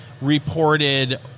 reported